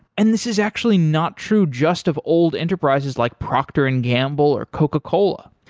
and this is actually not true just of old enterprises like procter and gamble or coca-cola.